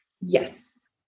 Yes